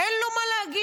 אין לו מה להגיד?